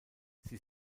sie